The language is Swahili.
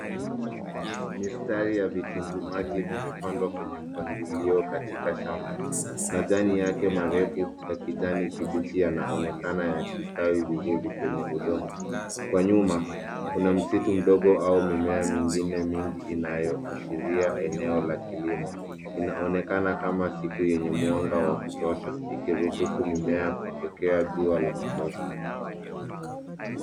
Mistari ya vitunguu maji vimepandwa kwenye mpangilio katika shamba. Majani yake marefu ya kijani kibichi, yanaonekana yakistawi vizuri kwenye udongo. Kwa nyuma kuna msitu mdogo au mimea mingine mingi, inayoashiria eneo la kilimo. Inaonekana kama siku yenye mwanga wa kutosha, ikiruhusu mimea kupokea jua la kutosha.